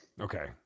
Okay